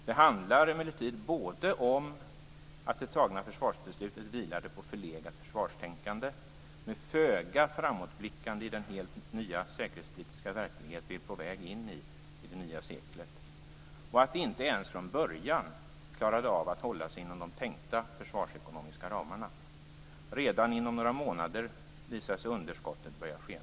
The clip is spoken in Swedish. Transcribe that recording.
Det handlar emellertid om både att det antagna försvarsbeslutet vilade på förlegat försvarstänkande med föga framåtblickande i den nya säkerhetspolitiska verklighet vi är på väg in i med den nya seklet och att man inte ens från början klarade av att hålla sig inom de tänkta försvarsekonomiska ramarna. Redan inom några månader visade sig underskottet börja skena.